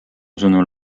sõnul